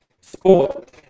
sport